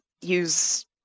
use